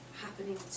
happening